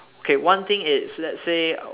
okay one thing it's let say